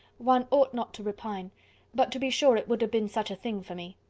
one ought not to repine but, to be sure, it would have been such a thing for me!